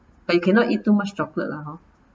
but you cannot eat too much chocolate lah hor